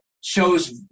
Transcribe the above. shows